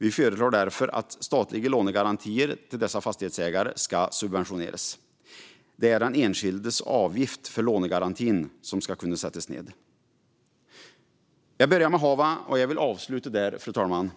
Vi föreslår därför att statliga lånegarantier till dessa fastighetsägare ska subventioneras. Det är den enskildes avgift för lånegarantin som ska kunna sättas ned. Jag började med haven och vill avsluta där, fru talman.